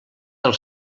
del